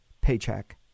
paycheck